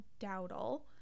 Dowdle